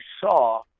saw